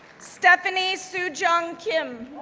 stephanie soo-joong kim,